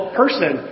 person